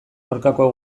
aurkako